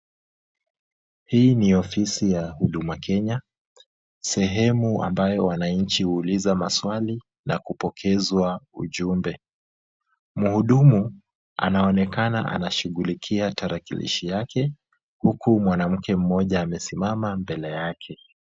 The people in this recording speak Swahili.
Hii ni ofisi ya Huduma Kenya, sehemu ambayo wananchi huuliza maswali na kupokezwa ujumbe. Mhudumu anaonekana anashughulikia tarakilishi yake, huku mwanamke mmoja amesimama mbele yake.